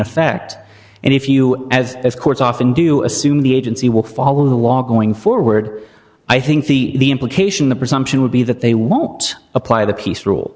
effect and if you as of course often do you assume the agency will follow the law going forward i think the implication the presumption would be that they won't apply the peace rule